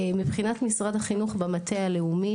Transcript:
מבחינת משרד החינוך במטה הלאומי,